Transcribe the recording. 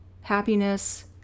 Happiness